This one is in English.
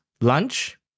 lunch